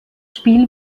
spiel